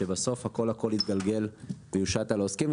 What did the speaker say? כשבסוף הכל יתגלגל ויושת על העוסקים,